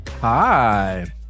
Hi